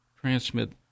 transmit